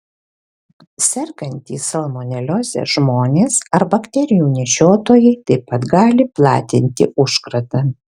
sergantys salmonelioze žmonės ar bakterijų nešiotojai taip pat gali platinti užkratą